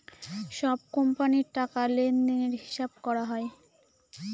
সব কোম্পানির টাকা লেনদেনের হিসাব করা হয়